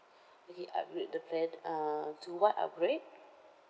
okay upgrade the plan uh to what upgrade